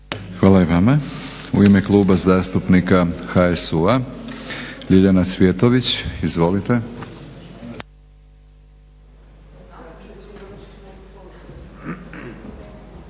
Hvala i vama. U ime Kluba zastupnika HSU-a Ljiljana Cvjetović. Izvolite.